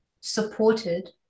supported